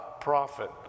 prophet